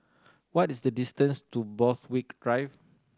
what is the distance to Borthwick Drive